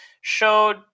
showed